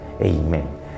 Amen